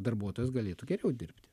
darbuotojas galėtų geriau dirbti